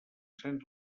cens